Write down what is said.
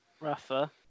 Rafa